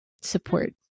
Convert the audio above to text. support